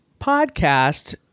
podcast